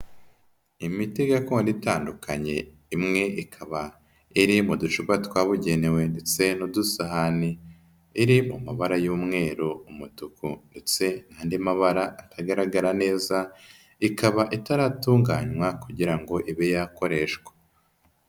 Imiti gakondo itandukanye, imwe ikaba iri mu ducupa twabugenewe ndetse n'udusahani iri mu mabara y'umweru, umutuku ndetse n'andi mabara atagaragara neza, ikaba itaratunganywa kugira ngo ibe yakoreshwa.